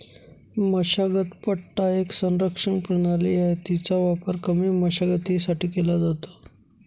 मशागत पट्टा एक संरक्षण प्रणाली आहे, तिचा वापर कमी मशागतीसाठी केला जातो